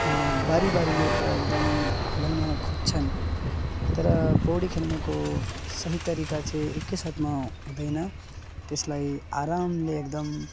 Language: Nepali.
बारी बारीले पुरा एकदम हल्लाउन खोज्छन् तर पौडी खेल्नुको सही तरिका चाहिँ एकै साथमा हुँदैन त्यसलाई आरामले एकदम